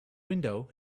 window